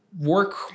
work